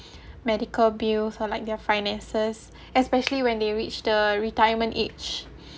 medical bills or like their finances especially when they reach the retirement age